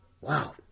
Wow